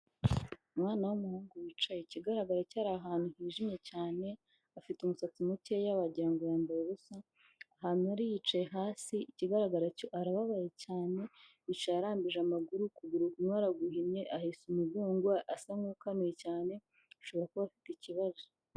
Umwana w'umuhungu wicaye, ikigaragara cyo ari ahantu hijimye cyane, afite umusatsi mukeya wagira ngo yambaye ubusa, ahantu ari yicaye hasi, ikigaragara cyo arababaye cyane, yicaye arambije amaguru, ukuguru kumwe araguhinnye, ahese umugongo, asa nk'ukanuye cyane ashobora kuba afite ikibazo.